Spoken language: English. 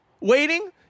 Waiting